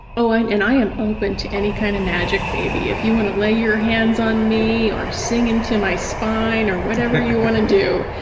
oh, and and i am open to any kind of magic, baby. if you want to lay your hands on me or sing into my spine or whatever you want to do,